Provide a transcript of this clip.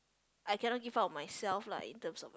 I cannot give up on myself lah in terms of